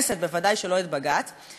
וחזר בנוסח פשרה,